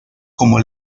como